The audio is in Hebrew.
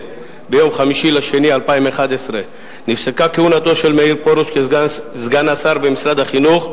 ביום 5 בפברואר 2011 נפסקה כהונתו כסגן השר במשרד החינוך,